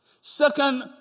Second